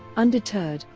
undeterred,